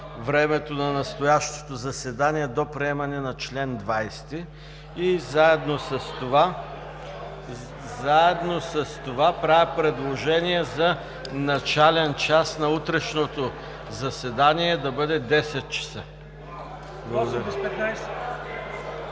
времето на настоящето заседание до приемане на чл. 20 и заедно с това правя предложение за начален час на утрешното заседание – да бъде 10.00 ч.